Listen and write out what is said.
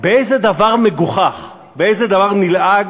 באיזה דבר מגוחך, באיזה דבר נלעג,